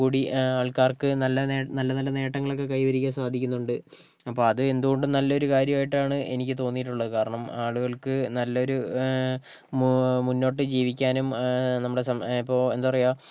കൂടി ആൾക്കാർക്ക് നല്ല നേ നല്ല നല്ല നേട്ടങ്ങളൊക്കെ കൈവരിക്കാൻ സാധിക്കുന്നുണ്ട് അപ്പോൾ അത് എന്തുകൊണ്ടും നല്ലൊരു കാര്യമായിട്ടാണ് എനിക്ക് തോന്നിയിട്ടുള്ളത് കാരണം ആളുകൾക്ക് നല്ലൊരു മു മുന്നോട്ടു ജീവിക്കാനും നമ്മുടെ സം ഇപ്പോൾ എന്താ പറയുക